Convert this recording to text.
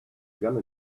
gun